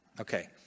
Okay